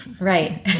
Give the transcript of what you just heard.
Right